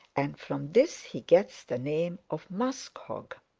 and from this he gets the name of muskhog.